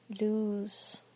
lose